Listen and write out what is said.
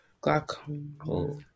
Glaucoma